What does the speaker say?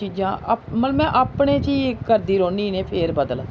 चीजां मतलब में अपने च गै करदी रौह्न्नी एह् फेर बदल